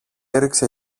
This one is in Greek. έριξε